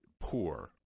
poor